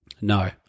No